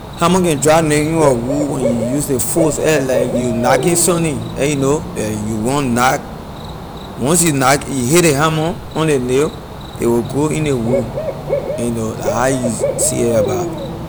Hammer can drop nail in a wood when you use ley force sir like you knacking sunni you know you want knack once you knack you hit ley hammer on ley nail a will go in ley wood you know la how you see it about.